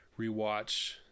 rewatch